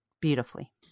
beautifully